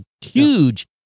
huge